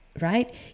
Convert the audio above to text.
Right